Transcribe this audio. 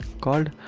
called